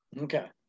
Okay